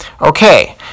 Okay